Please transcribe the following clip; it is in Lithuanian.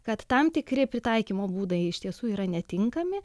kad tam tikri pritaikymo būdai iš tiesų yra netinkami